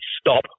stop